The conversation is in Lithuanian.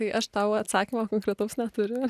tai aš tau atsakymo konkretaus neturiu